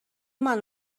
منو